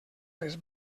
les